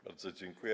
Bardzo dziękuję.